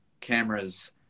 cameras